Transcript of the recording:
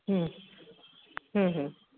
हम्म हम्म हम्म